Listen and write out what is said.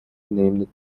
named